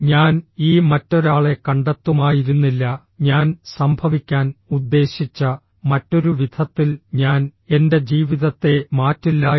ഞാൻ ഈ മറ്റൊരാളെ കണ്ടെത്തുമായിരുന്നില്ല ഞാൻ സംഭവിക്കാൻ ഉദ്ദേശിച്ച മറ്റൊരു വിധത്തിൽ ഞാൻ എന്റെ ജീവിതത്തെ മാറ്റില്ലായിരുന്നു